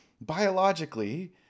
biologically